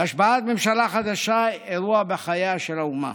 והשבעת ממשלה חדשה היא אירוע בחייה של האומה.